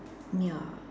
ya